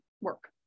work